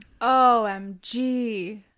omg